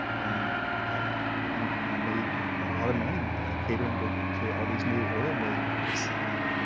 and he made a lot of money catering to to all these new oil millionaires. and,